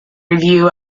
review